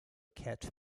ket